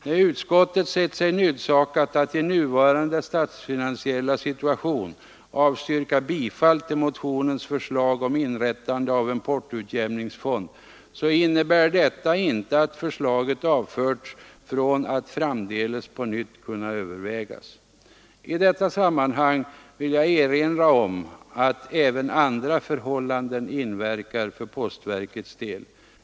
När utskottet sett sig nödsakat att i nuvarande statsfinansiella situation avstyrka bifall till motionens förslag om inrättande av en portoutjämningsfond, så innebär detta inte att förslaget avförts från att framdeles på nytt kunna övervägas. I detta sammanhang vill jag erinra om att även andra förhållanden inverkar för postverkets del.